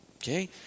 Okay